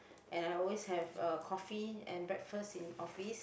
and I always have uh coffee and breakfast in office